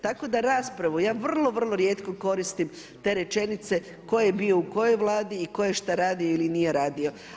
Tako da raspravu, ja vrlo, vrlo rijeko koristim te rečenice, tko je bio u kojoj Vladi i tko je šta radio ili nije radio.